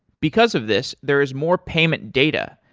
because of this, there is more payment data,